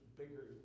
bigger